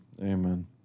Amen